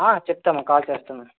చెప్తా ma'am call చేస్తా ma'am